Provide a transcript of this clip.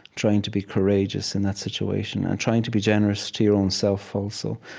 trying to be courageous in that situation, and trying to be generous to your own self, also.